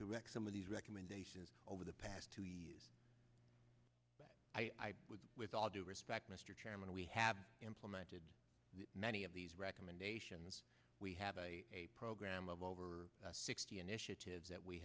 correct some of these recommendations over the past two years but i would with all due respect mr chairman we have implemented many of these recommendations we have a program of over sixty initiatives that we